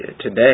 today